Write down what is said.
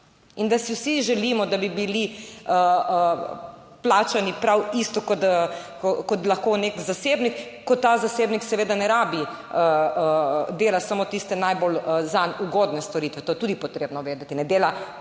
in da si vsi želimo, da bi bili plačani prav isto, kot ko lahko nek zasebnik, ko ta zasebnik seveda ne rabi delati samo tiste najbolj zanj ugodne storitve, to je tudi potrebno vedeti, ne dela vsega